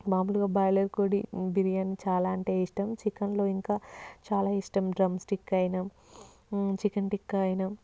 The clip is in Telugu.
మామూలుగా బాయిలర్ కోడి బిర్యానీ చాలా అంటే ఇష్టం చికెన్లో ఇంకా చాలా ఇష్టం డ్రంస్టిక్ అయినా చికెన్ టిక్కా అయినా